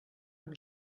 amb